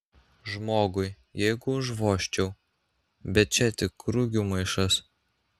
žmogui jeigu užvožčiau bet čia tik rugių maišas